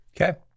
Okay